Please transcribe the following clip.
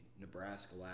Nebraska